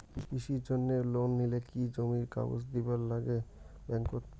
কৃষির জন্যে লোন নিলে কি জমির কাগজ দিবার নাগে ব্যাংক ওত?